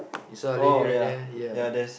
you saw a lady right there ya